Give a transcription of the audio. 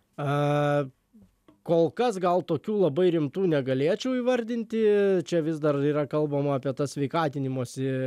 a kol kas gal tokių labai rimtų negalėčiau įvardinti čia vis dar yra kalbama apie tas sveikatinimosi